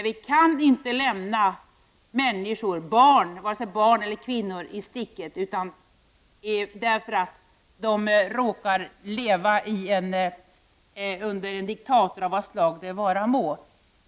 Vi kan inte lämna människor, varken barn eller kvinnor, i sticket därför att de råkar leva under en diktatur, av vad slag det vara må.